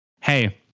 hey